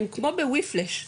הם כמו ב-we flash,